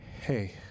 hey